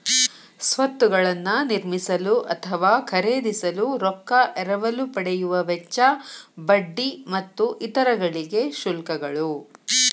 ಸ್ವತ್ತುಗಳನ್ನ ನಿರ್ಮಿಸಲು ಅಥವಾ ಖರೇದಿಸಲು ರೊಕ್ಕಾ ಎರವಲು ಪಡೆಯುವ ವೆಚ್ಚ, ಬಡ್ಡಿ ಮತ್ತು ಇತರ ಗಳಿಗೆ ಶುಲ್ಕಗಳು